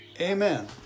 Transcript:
amen